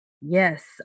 Yes